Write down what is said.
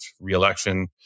re-election